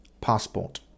passport